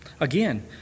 Again